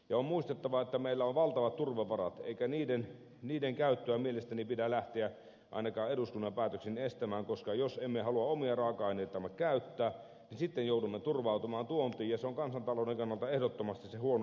on muistettava että meillä on valtavat turvevarat eikä niiden käyttöä mielestäni pidä lähteä ainakaan eduskunnan päätöksin estämään koska jos emme halua omia raaka aineitamme käyttää niin sitten joudumme turvautumaan tuontiin ja se on kansantalouden kannalta ehdottomasti se huonoin vaihtoehto